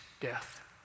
death